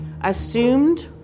assumed